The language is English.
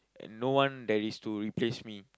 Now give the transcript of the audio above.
and no one there is to replace me